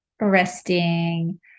resting